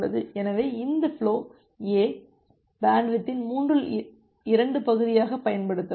எனவே இந்த flow A பேண்ட்வித்தின் மூன்றில் 2 பகுதியாக பயன்படுத்தலாம்